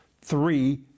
three